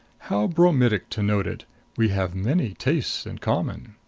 how bromidic to note it we have many tastes in common!